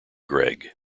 greg